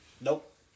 Nope